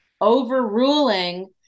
overruling